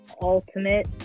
Ultimate